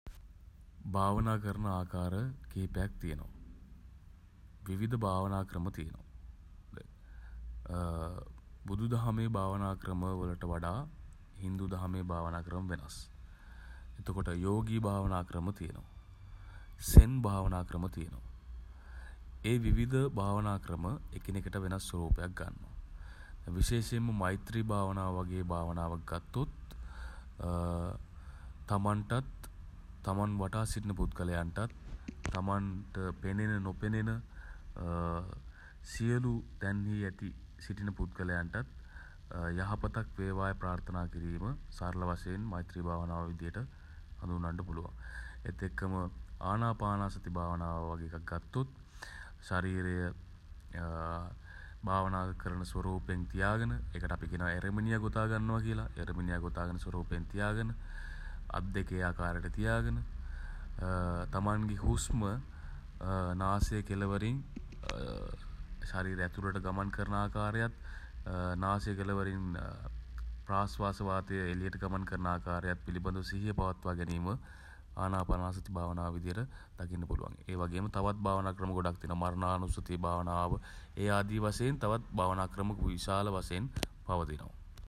භාවනා කරන ආකාර කිහිපයක් තියෙනවා. විවිධ භාවනා ක්‍රම තියෙනවා. බුදුදහමේ භාවනා ක්‍රම වලට වඩා හින්දු දහමේ භාවනා ක්‍රම වෙනස්. එතකොට යෝගී භාවනා ක්‍රම තියෙනවා. සෙන් භාවනා ක්‍රම තියෙනවා. ඒ විවිධ භාවනා ක්‍රම එකිනෙකට වෙනස් ස්වරූපයක් ගන්නවා. විශේෂයෙන්ම මෛත්‍රී භාවනාව වගේ භාවනාවක් ගත්තොත් තමන්ටත් තමන් වටා සිටින පුද්ගලයන්ටත් තමන්ට පෙනෙන නොපෙනෙන සියලු තැන්හී ඇති සිටින පුද්ගලයන්ටත් යහපතක් වේවායි ප්‍රාර්ථනා කිරීම සරල වශයෙන් මෛත්රී භාවනාව විදියට හඳුන්වන්න පුළුවන්. ඒත් එක්කම ආනාපානසති භාවනාව වගේ එකක් ගත්තොත් ශරීරය භාවනා කරන ස්වරූපයෙන් තියාගෙන ඒකට අපි කියනවා එරමිණියා ගොතාගන්නවා කියලා. එරමිණියා ගොතා ගන්න ස්වරූපයෙන් තියාගෙන අත් දෙක ඒ ආකාරයට තියාගෙන තමන්ගේ හුස්ම නාසය කෙළවරින් ශරීරය ඇතුළට ගමන් කරන ආකාරයත් නාසය කෙළවරින් ප්‍රාශ්වාස වාතය එළියට ගමන් කරන ආකාරයත් පිළිබඳ සිහිය පවත්වා ගැනීම ආනාපානාසති භාවනාව විදිහට දකින්න පුළුවන්. ඒ වගේම තවත් භාවනා ක්‍රම ගොඩක් තියෙනවා. මරණානුසති භාවනාව ඒ ආදී වශයෙන් තවත් භාවනා ක්‍රම විශාල වශයෙන් පවතිනවා.